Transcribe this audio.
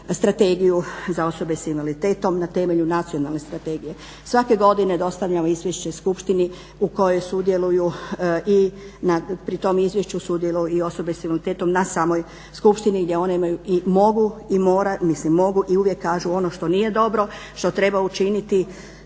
Strategiju za osobe s invaliditetom na temelju Nacionalne strategije. Svake godine dostavljamo izvješće Skupštini u kojoj sudjeluju i pri tom izvješću sudjeluju i osobe s invaliditetom na samoj Skupštini gdje one imaju i mogu i moraju, mislim mogu i uvijek kažu ono što nije dobro, što treba učiniti